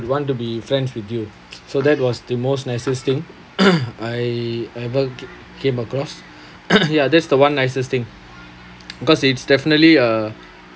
would want to be friends with you so that was the most nicest thing I ever came across ya that's the one nicest thing because it's definitely uh